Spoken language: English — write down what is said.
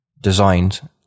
designed